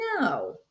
No